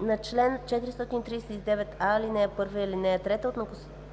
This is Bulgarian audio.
на чл. 439а, ал. 1 и ал. 3 от